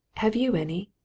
have you any?